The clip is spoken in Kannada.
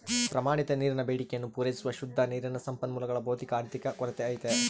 ಪ್ರಮಾಣಿತ ನೀರಿನ ಬೇಡಿಕೆಯನ್ನು ಪೂರೈಸುವ ಶುದ್ಧ ನೀರಿನ ಸಂಪನ್ಮೂಲಗಳ ಭೌತಿಕ ಆರ್ಥಿಕ ಕೊರತೆ ಐತೆ